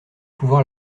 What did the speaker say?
pouvoir